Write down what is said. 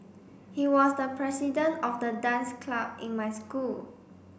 he was the president of the dance club in my school